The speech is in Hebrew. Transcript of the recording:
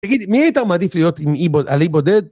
תגיד, עם מי היית מעדיף להיות על אי בודד?